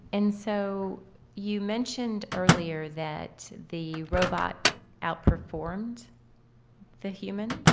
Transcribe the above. and so you mentioned earlier that the robot outperformed the human.